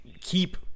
keep